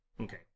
Okay